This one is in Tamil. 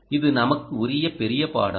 இது நமக்குரிய பெரிய பாடம்